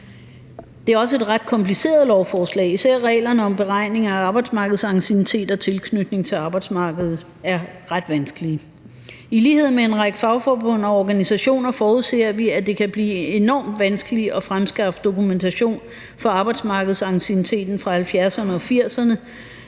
Det er også et ret kompliceret lovforslag. Især reglerne om beregning af arbejdsmarkedsanciennitet og tilknytning til arbejdsmarkedet er ret vanskelige. I lighed med en række fagforbund og organisationer forudser vi, at det kan blive enormt vanskeligt at fremskaffe dokumentation fra arbejdsmarkedsancienniteten fra 70’erne og 80’erne,